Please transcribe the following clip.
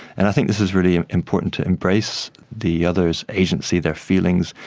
and i think this is really important to embrace the other's agency, their feelings,